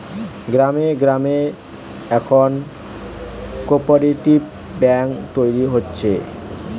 গ্রামে গ্রামে এখন কোপরেটিভ বেঙ্ক তৈরী হচ্ছে